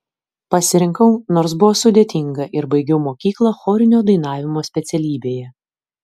pasirinkau nors buvo sudėtinga ir baigiau mokyklą chorinio dainavimo specialybėje